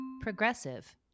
progressive